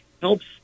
helps